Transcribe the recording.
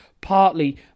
partly